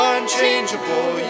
Unchangeable